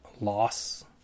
loss